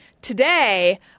Today